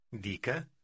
Dica